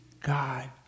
God